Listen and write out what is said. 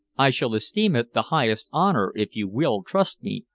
i shall esteem it the highest honor if you will trust me,